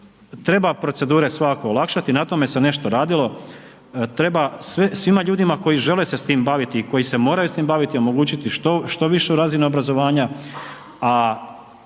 Treba procedure svakako olakšati, na tome se nešto radilo. Treba svima ljudima koji žele se s tim baviti i koji se moraju s tim baviti omogućiti što višu razinu obrazovanja,